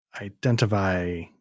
identify